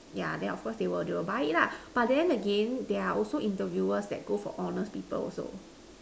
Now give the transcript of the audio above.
yeah then of course they will they will buy lah but then again there are also interviewers that go for honest people also